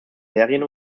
serien